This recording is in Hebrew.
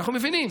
אנחנו מבינים,